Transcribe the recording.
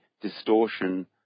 distortion